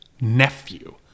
nephew